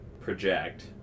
project